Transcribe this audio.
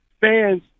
Fans